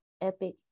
Epic